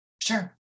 sure